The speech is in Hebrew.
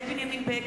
למה